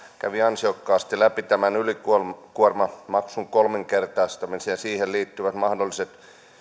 kävi ansiokkaasti läpi tämän ylikuormamaksun kolminkertaistamisen ja siihen liittyvät mahdolliset